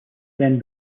then